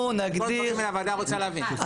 הוועדה רוצה להבין.